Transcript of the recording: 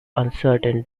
uncertain